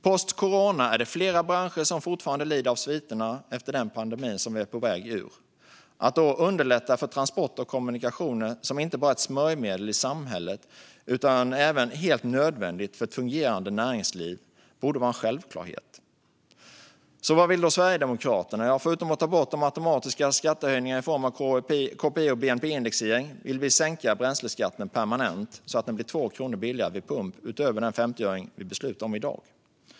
Post corona är det flera branscher som fortfarande lider av sviterna efter den pandemi som vi är på väg ur. Att då underlätta för transporter och kommunikationer, som inte bara är ett smörjmedel i samhället utan även helt nödvändigt för ett fungerande näringsliv, borde vara en självklarhet. Så vad vill då Sverigedemokraterna? Förutom att ta bort de automatiska skattehöjningarna i form av KPI och bnp-indexering vill vi sänka bränsleskatten permanent så att det blir 2 kronor billigare vid pump utöver den 50-öring vi beslutar om nu.